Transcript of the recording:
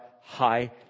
high